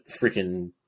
freaking